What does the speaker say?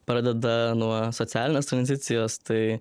pradeda nuo socialinės tranzicijos tai